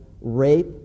rape